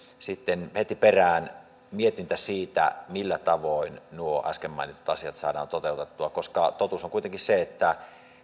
sitten heti perään mietintä siitä millä tavoin nuo äsken mainitut asiat saadaan toteutettua totuus on kuitenkin se että